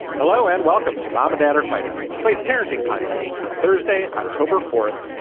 hello and welcome to mom and dad are fighting slate's parenting podcast for thursday october fourth.